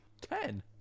ten